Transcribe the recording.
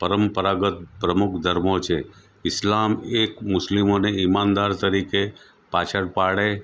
પરંપરાગત પ્રમુખ ધર્મો છે ઇસ્લામ એ મુસ્લિમોને ઈમાનદાર તરીકે પાછળ પાડે